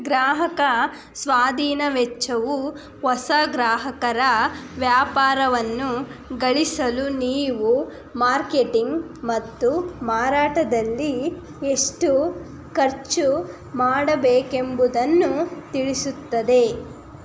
ಗ್ರಾಹಕ ಸ್ವಾಧೀನ ವೆಚ್ಚವು ಹೊಸ ಗ್ರಾಹಕರ ವ್ಯಾಪಾರವನ್ನು ಗಳಿಸಲು ನೀವು ಮಾರ್ಕೆಟಿಂಗ್ ಮತ್ತು ಮಾರಾಟದಲ್ಲಿ ಎಷ್ಟು ಖರ್ಚು ಮಾಡಬೇಕೆಂಬುದನ್ನು ತಿಳಿಸುತ್ತದೆ